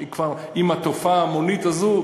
כבר עם התופעה ההמונית הזאת,